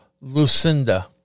Lucinda